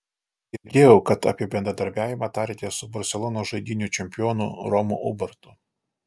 girdėjau kad apie bendradarbiavimą tarėtės su barselonos žaidynių čempionu romu ubartu